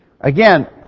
Again